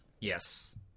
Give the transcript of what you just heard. Yes